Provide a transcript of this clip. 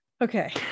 okay